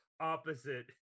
opposite